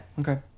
Okay